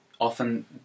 Often